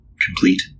complete